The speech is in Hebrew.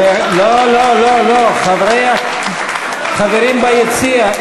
לא לא לא לא, חברים ביציע.